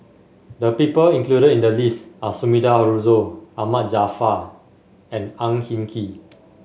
the people included in the list are Sumida Haruzo Ahmad Jaafar and Ang Hin Kee